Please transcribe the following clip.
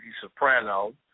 soprano